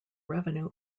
revenue